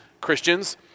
Christians